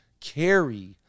carry